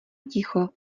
ticho